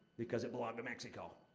because it belonged to mexico.